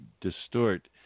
distort